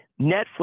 Netflix